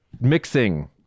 mixing